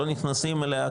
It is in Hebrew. לא נכנסים אליה כרגע,